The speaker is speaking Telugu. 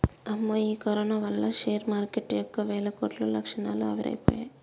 అమ్మో ఈ కరోనా వల్ల షేర్ మార్కెటు యొక్క వేల కోట్లు క్షణాల్లో ఆవిరైపోయాయి